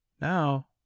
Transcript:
Now